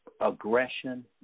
aggression